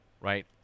right